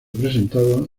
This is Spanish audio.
presentado